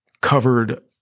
covered –